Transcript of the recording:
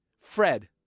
Fred